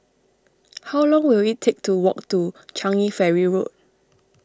how long will it take to walk to Changi Ferry Road